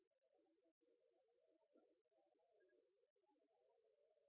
man